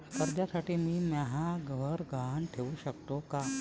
कर्जसाठी मी म्हाय घर गहान ठेवू सकतो का